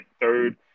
third